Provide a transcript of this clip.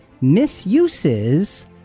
misuses